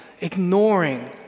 ignoring